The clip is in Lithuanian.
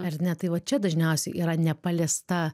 ar ne tai va čia dažniausiai yra nepaliesta